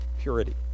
Purity